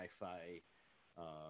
sci-fi